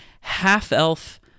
half-elf